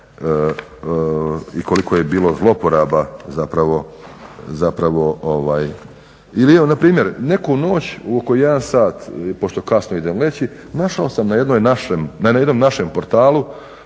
i koliko je bilo zloporaba zapravo. Ili evo npr. neku noć oko 1 sat, pošto kasno idem leći, našao sam na jednom našem portalu